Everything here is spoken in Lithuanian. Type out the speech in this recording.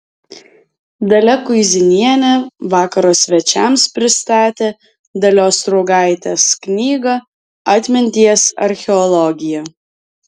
dalia kuizinienė vakaro svečiams pristatė dalios sruogaitės knygą atminties archeologija